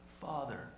Father